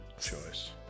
choice